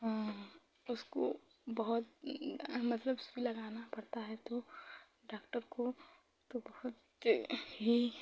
उसको बहुत मतलब सूई लगानी पड़ती है तो डॉक्टर को तो बहुत ही